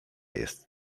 jest